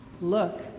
Look